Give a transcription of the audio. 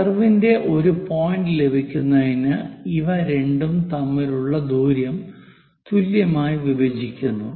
കർവിന്റെ ഒരു പോയിന്റ് ലഭിക്കുന്നതിന് ഇവ രണ്ടും തമ്മിലുള്ള ദൂരം തുല്യമായി വിഭജിക്കുന്നു